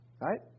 right